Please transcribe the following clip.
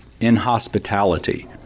inhospitality